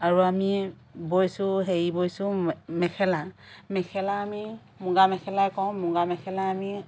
আৰু আমি বৈছোঁ হেৰি বৈছোঁ মেখেলা মেখেলা আমি মুগা মেখেলা কওঁ মুগা মেখেলা আমি